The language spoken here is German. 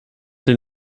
den